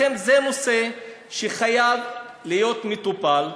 לכן זה נושא שחייב להיות מטופל,